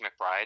McBride